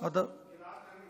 גלעד קריב,